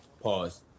pause